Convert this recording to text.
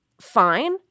fine